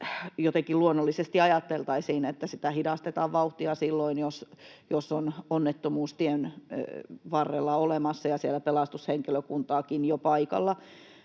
jotenkin luonnollisesti ajateltaisiin, että hidastetaan vauhtia silloin, jos on onnettomuus tien varrella olemassa ja siellä pelastushenkilökuntaakin on jo paikalla.